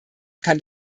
kann